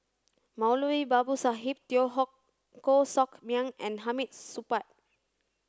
Moulavi Babu Sahib Teo Koh Sock Miang and Hamid Supaat